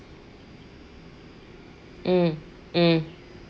mm mm